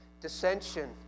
dissension